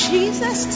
Jesus